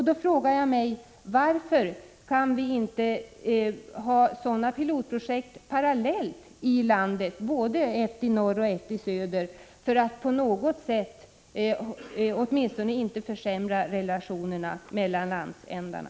Jag frågar därför: Varför kan vi inte ha sådana pilotprojekt parallellt i landet, både ett i norr och ett i söder, för att åtminstone inte försämra relationerna mellan landsändarna?